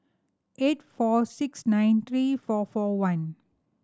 eight four six nine three four four one